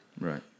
Right